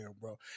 bro